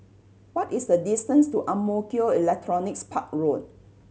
what is the distance to Ang Mo Kio Electronics Park Road